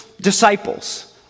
disciples